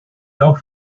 auch